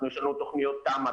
יש לנו תוכניות תמ"א,